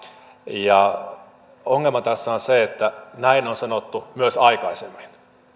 ja ongelma tässä on se että näin on sanottu myös aikaisemmin